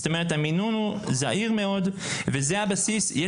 זאת אומרת, המינון הוא זעיר מאוד, וזהו הבסיס.